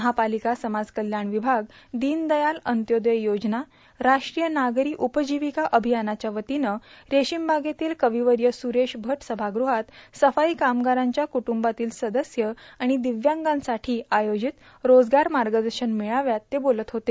महापालिका समाजकल्याण विभाग दीनदयाल अंत्योदय योजना राष्ट्रीय नगरी उपजीविका अभियानाच्या वतीनं रेशीमबागेतील कविवर्य सुरेश भट सभागृहात सफाई कामगारांच्या कुटुंबातील सदस्य आणि दिव्यांगांसाठी आयोजित रोजगार मार्गदर्शन मेळाव्यात ते बोलत होते